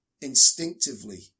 instinctively